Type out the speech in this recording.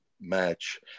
match